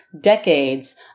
decades